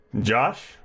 Josh